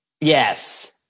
yes